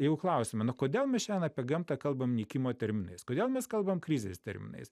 jeigu klausiame nu kodėl mes šiandien apie gamtą kalbam nykimo terminais kodėl mes kalbam krizės terminais